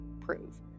prove